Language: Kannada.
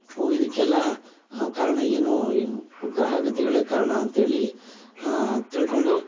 ಓ ಇದಕ್ಕೆಲ್ಲ ಕಾರಣ ಏನೂ ಈ ಗ್ರಹಗತಿಗಳೇ ಕಾರಣ ಅಂಥೇಳಿ ತಿಳ್ಕೊಂಡು